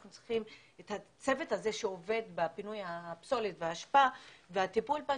אנחנו צריכים את הצוות שעובד בפינוי פסולת ואשפה והטיפול בה,